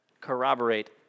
corroborate